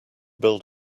build